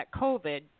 COVID –